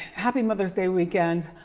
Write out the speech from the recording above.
happy mother's day weekend.